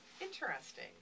Interesting